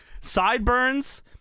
Sideburns